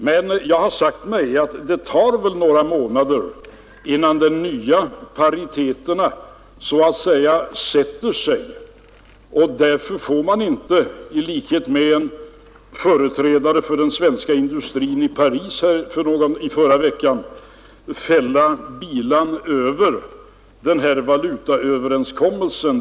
Men jag har sagt mig att det tar några månader innan de nya pariteterna så att säga sätter sig, och därför får man inte som en företrädare för den svenska industrin gjorde i Paris i förra veckan, fälla bilan över valutaöverenskommelsen.